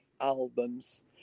albums